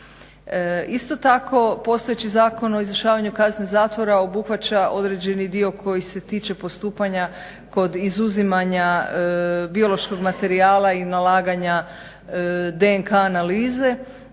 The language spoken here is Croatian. Isto tako, postojeći Zakon o izvršavanju kazne zatvora obuhvaća određeni dio koji se tiče postupanja kod izuzimanja biološkog materijala i nalaganja DNK analize,